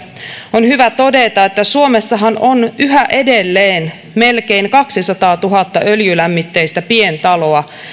on hyvä todeta että suomessahan on yhä edelleen melkein kaksisataatuhatta öljylämmitteistä pientaloa